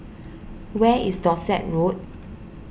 where is Dorset Road